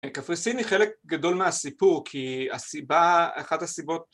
קפריסין היא חלק גדול מהסיפור כי אחת הסיבות